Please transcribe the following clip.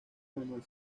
manuel